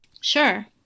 sure